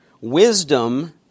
Wisdom